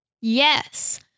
Yes